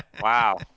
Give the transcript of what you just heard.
Wow